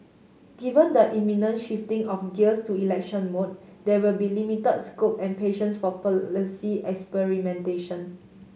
given the imminent shifting of gears to election mode there will be limit scope and patience for policy experimentation